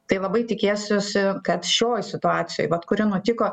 tai labai tikėsiuosi kad šioj situacijoj vat kuri nutiko